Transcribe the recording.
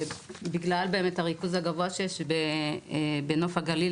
בגלל הריכוז הגבוה שיש בנוף הגליל,